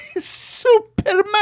Superman